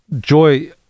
joy